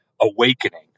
awakening